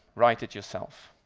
write it yourself.